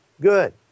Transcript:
Good